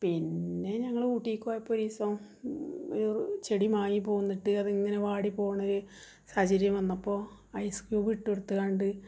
പിന്നെ ഞങ്ങൾ ഊട്ടിക്കു പോയപ്പോൾ ഒരു ദിവസം ചെടി മാങ്ങി പോന്നിട്ട് അതിങ്ങനെ വാടിപ്പോകണ സാഹചര്യം വന്നപ്പോൾ ഐസ് ക്യൂബ് ഇട്ടുകൊടുത്തു കൊണ്ട്